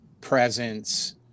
presence